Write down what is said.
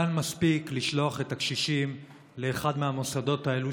כאן מספיק לשלוח את הקשישים לאחד מהמוסדות האלו